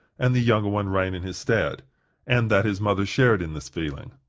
and the younger one reign in his stead and that his mother shared in this feeling.